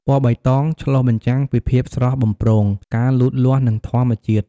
ពណ៌បៃតង ឆ្លុះបញ្ចាំងពីភាពស្រស់បំព្រង ការលូតលាស់ និងធម្មជាតិ។